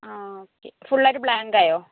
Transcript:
ആ okay full ആയിട്ട് ബ്ലാങ്കായോ